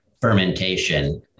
fermentation